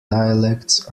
dialects